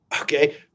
okay